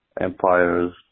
empires